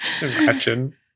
Imagine